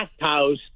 House